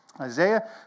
Isaiah